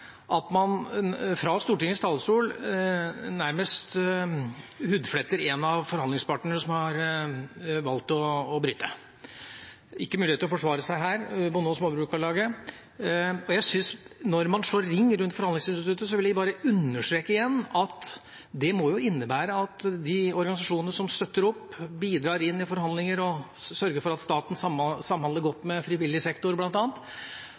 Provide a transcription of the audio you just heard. at man fra Stortingets talerstol nærmest hudfletter en av forhandlingspartene som har valgt å bryte. Norsk Bonde- og Småbrukarlag har ikke mulighet til å forsvare seg her. Jeg syns at når man slår ring om forhandlingsinstituttet, vil jeg bare igjen understreke at det må innebære – når det gjelder de organisasjonene som støtter opp, som bidrar inn i forhandlinger og sørger for at staten samhandler godt med frivillig sektor,